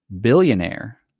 billionaire